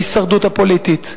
ההישרדות הפוליטית.